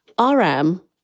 RM